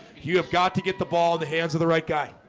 you have got to get the ball the hands of the right guy